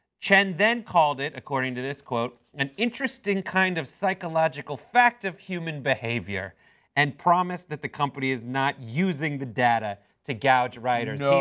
chen then called according to this quote an interesting kind of psychological fact of human behavior and promised that the company is not using the data to gouge writers. no.